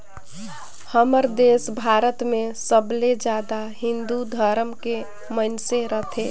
हमर देस भारत मे सबले जादा हिन्दू धरम के मइनसे रथें